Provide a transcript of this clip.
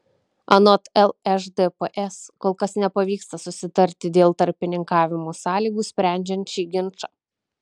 anot lšdps kol kas nepavyksta susitarti dėl tarpininkavimo sąlygų sprendžiant šį ginčą